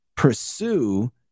Pursue